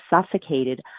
suffocated